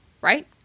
right